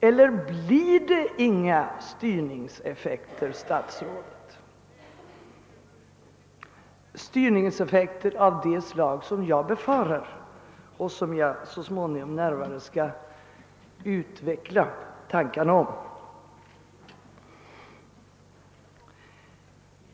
Eller blir det ingen styrningseffekt, herr statsråd, av det slag som jag befarar? Jag skall så småningom närmare utveckla tankarna omkring detta.